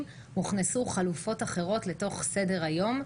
הוכנסו חלופות אחרות לתוך סדר היום.